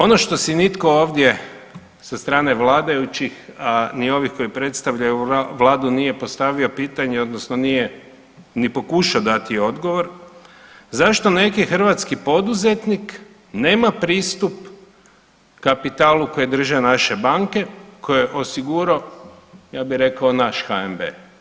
Ono što si nitko ovdje sa strane vladajućih, a ni ovih koji predstavljaju Vladu nije postavio pitanje, odnosno nije ni pokušao dati odgovor, zašto neki hrvatski poduzetnik nema pristup kapitalu koji drže naše banke koje je osigurao, ja bi rekao, naš HNB?